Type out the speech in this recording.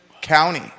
County